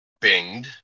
binged